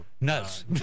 Nuts